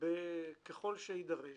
ככל שיידרש,